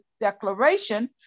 declaration